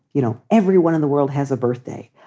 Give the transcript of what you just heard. you know, everyone in the world has a birthday.